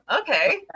okay